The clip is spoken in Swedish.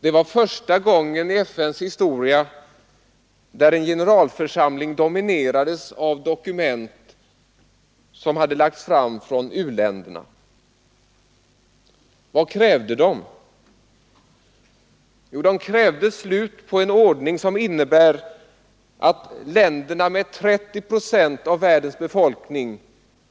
Det var första gången i FN:s historia där en generalförsamling dominerades av dokument som lagts fram av u-länderna. Vad krävde de? Jo, de krävde slut på en ordning som innebär att länderna med 30 procent av världens befolkning